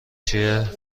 چیه